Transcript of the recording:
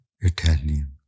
Italian